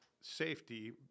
safety